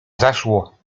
zaszło